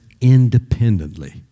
independently